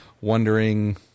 wondering